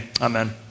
Amen